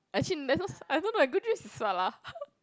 actually there's no I don't know good dreams is what ah